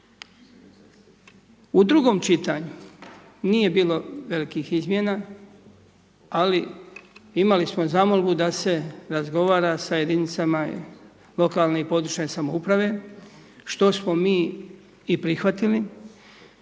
U drugom čitanju nije bilo velikih izmjena ali imali smo zamolbu da se razgovara sa jedinicama lokalne i područne samouprave što smo mi i prihvatili